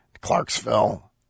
Clarksville